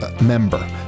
member